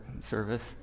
service